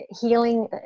healing